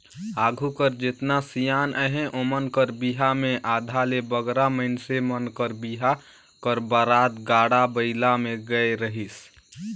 आघु कर जेतना सियान अहे ओमन कर बिहा मे आधा ले बगरा मइनसे मन कर बिहा कर बरात गाड़ा बइला मे गए रहिस